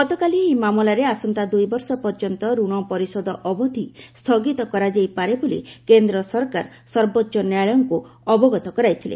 ଗତକାଲି ଏହି ମାମଲାରେ ଆସନ୍ତା ଦୁଇବର୍ଷ ପର୍ଯ୍ୟନ୍ତ ଋଣ ପରିଶୋଧ ଅବଧି ସ୍ଥଗିତ କରାଯାଇ ପାରେ ବୋଲି କେନ୍ଦ୍ର ସରକାର ସର୍ବୋଚ୍ଚ ନ୍ୟାୟାଳୟଙ୍କୁ ଅବଗତ କରାଇଥିଲେ